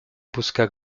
busca